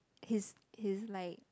he's he's like